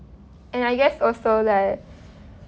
and I guess also like